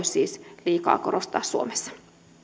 siis liikaa korostaa suomessa